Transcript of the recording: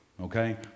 Okay